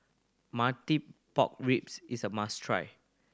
martie pork ribs is a must try